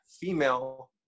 female